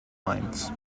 lines